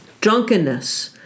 drunkenness